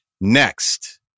Next